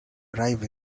arrive